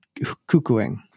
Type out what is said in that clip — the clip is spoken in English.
cuckooing